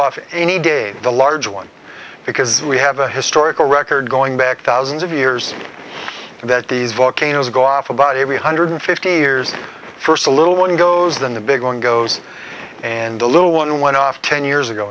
off any day the large one because we have a historical record going back thousands of years and that these volcanoes go off about every one hundred fifty years first a little one goes then the big one goes and the little one went off ten years ago